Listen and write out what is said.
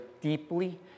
deeply